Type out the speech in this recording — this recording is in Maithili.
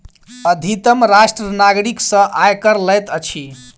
अधितम राष्ट्र नागरिक सॅ आय कर लैत अछि